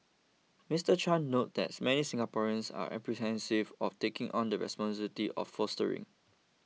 Mister Chan noted that many Singaporeans are apprehensive of taking on the responsibility of fostering